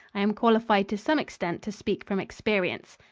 i am qualified to some extent to speak from experience.